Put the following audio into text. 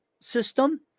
system